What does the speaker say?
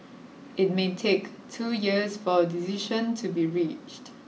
it may take two years for a decision to be reached